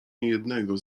niejednego